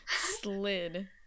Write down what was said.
Slid